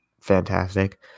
fantastic